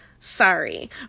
sorry